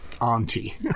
auntie